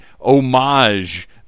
homage